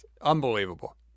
unbelievable